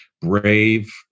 brave